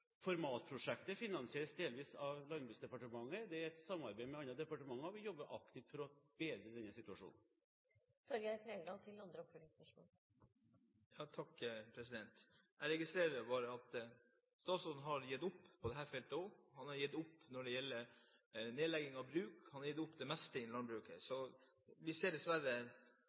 finansieres delvis av Landbruksdepartementet, det er et samarbeid mellom andre departement, og vi jobber aktivt for å bedre denne situasjonen. Jeg registrerer bare at statsråden har gitt opp også på dette feltet. Han har gitt opp når det gjelder nedlegging av bruk, han har gitt opp det meste innen landbruket. Vi ser dessverre